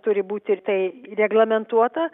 turi būti ir tai reglamentuota